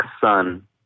Sun